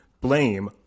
blame